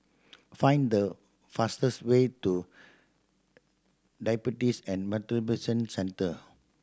find the fastest way to Diabetes and Metabolism Centre